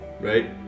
right